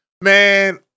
Man